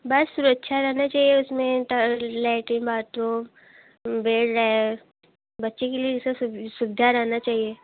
बस सुरक्षा रहना चाहिए उसमें लेटरिन बाथरूम बेड है बच्चे के लिए जैसे सुविधा रहना चाहिए